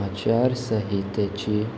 आचार संहितेची